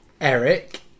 Eric